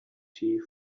tea